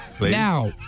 Now